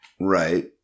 right